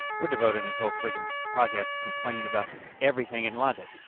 we're devoting this whole freakin' podcast to complaining about everything in london.